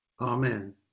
Amen